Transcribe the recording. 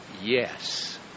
yes